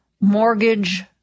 mortgage